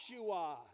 Yahshua